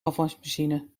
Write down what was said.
afwasmachine